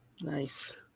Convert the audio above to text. Nice